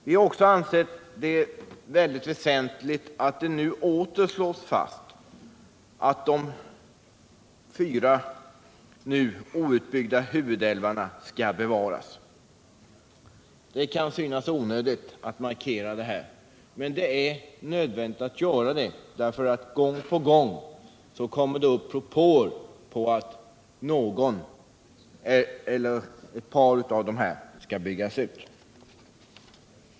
Vi har även ansett det mycket väsentligt att det nu åter slås fast att — Nr 52 de fyra outbyggda huvudälvarna skall bevaras. Det kan synas överflödigt Torsdagen den att markera detta, men det är nödvändigt med tanke på att det gång 15 december 1977 på gång framförs propåer om att en eller ett par av dessa älvar skall byggas ut.